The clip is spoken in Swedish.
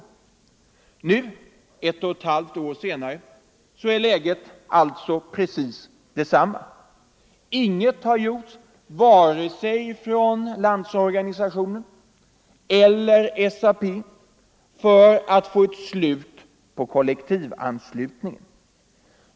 Nu, ett och ett halvt år senare, är läget alltså detsamma. Inget har gjorts vare sig ifrån LO eller SAP för att få ett slut på kollektivanslutningen.